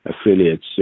affiliates